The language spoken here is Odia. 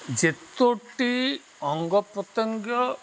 ଯେତୋଟି ଅଙ୍ଗପ୍ରତ୍ୟଙ୍ଗ